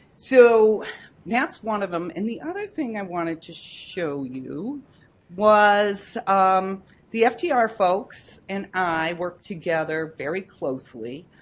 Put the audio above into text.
so that's one of them, and the other thing i wanted to show you was um the ftr folks and i work together very closely.